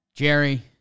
Jerry